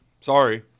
sorry